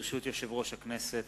ברשות יושב-ראש הכנסת,